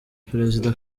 perezida